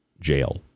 jail